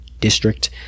district